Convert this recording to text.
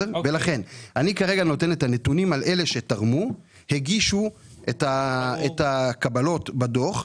ולכן אני כרגע נותן את הנתונים על אלה שתרמו ,הגישו את הקבלות בדוח.